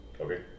Okay